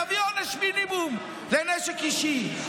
תביא עונש מינימום לנשק אישי.